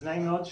נעים מאוד,